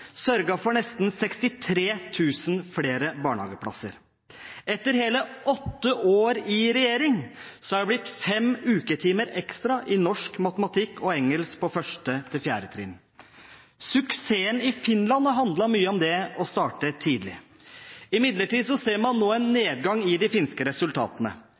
sørget for nesten 63 000 flere barnehageplasser. Etter hele åtte år i regjering er det blitt fem uketimer ekstra i norsk, matematikk og engelsk på første til fjerde trinn. Suksessen i Finland har handlet mye om det å starte tidlig. Imidlertid ser man nå en nedgang i de finske resultatene.